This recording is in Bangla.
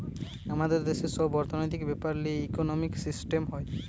আমাদের দেশের সব অর্থনৈতিক বেপার লিয়ে ইকোনোমিক সিস্টেম হয়